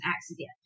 accident